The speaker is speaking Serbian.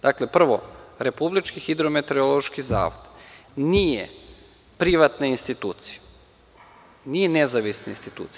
Dakle, prvo, Republički hidrometeorološki zavod nije privatna institucija, nije nezavisna institucija.